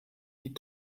die